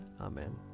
Amen